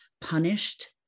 punished